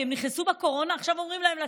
כי הם נכנסו בקורונה ועכשיו אומרים להם לצאת.